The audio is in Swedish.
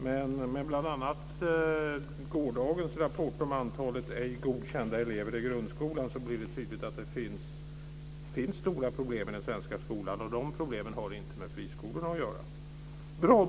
Men i och med bl.a. gårdagens rapport om antalet ej godkända elever i grundskolan blir det tydligt att det finns stora problem i den svenska skolan. Och de problemen har inte med friskolorna att göra.